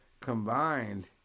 Combined